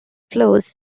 flows